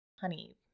honey